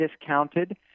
discounted